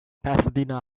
pasadena